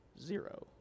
zero